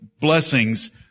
blessings